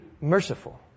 merciful